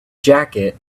jacket